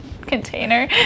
container